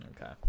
okay